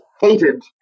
hated